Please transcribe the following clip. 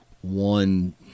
one